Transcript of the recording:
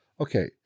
Okay